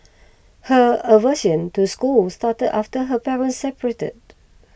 her aversion to school started after her parents separated